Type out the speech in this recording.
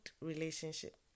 relationship